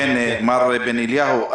מר בן אליהו,